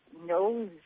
knows